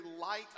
light